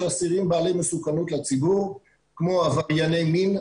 אסירים בעלי מסוכנות לציבור כמו עברייני מין,